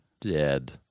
dead